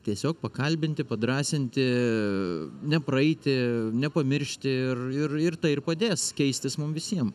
tiesiog pakalbinti padrąsinti nepraeiti nepamiršti ir ir ir tai ir padės keistis mum visiem